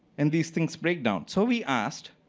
and these things breakdown. so we asked,